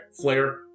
Flare